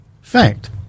fact